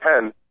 Ten